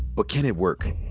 but can it work?